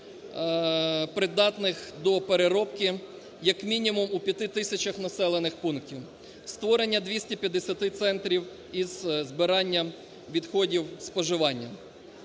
придатних до переробки як мінімум у 5 тисячах населених пунктів, створення 250 центрів із збирання відходів споживання.